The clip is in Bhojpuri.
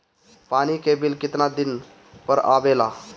पानी के बिल केतना दिन पर आबे ला?